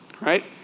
right